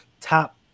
Top